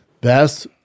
best